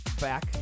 back